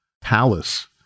palace